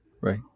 Right